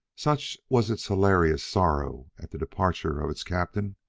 such was its hilarious sorrow at the departure of its captain,